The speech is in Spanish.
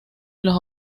los